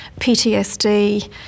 PTSD